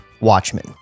Watchmen